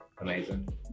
amazing